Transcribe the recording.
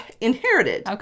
inherited